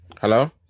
Hello